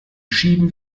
schieben